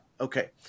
Okay